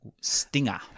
stinger